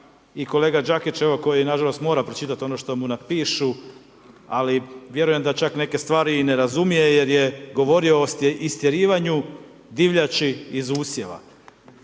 i kolega Đakić, evo koji nažalost mora pročitati ono što mu napišu, ali vjerujem da čak i neke stvari i ne razumije jer je govorio o istjerivanju divljači iz usjeva.